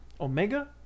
omega